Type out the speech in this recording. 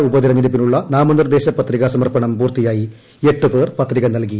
പാല ഉപതെരഞ്ഞെടുപ്പിനുള്ള നാമനിർദ്ദേശ പത്രിക സമർപ്പണം പൂർത്തിയായി എട്ടുപേർ പത്രിക നൽകി